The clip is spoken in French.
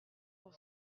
pour